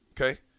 Okay